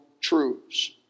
truths